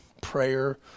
prayer